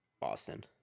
Boston